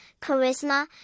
charisma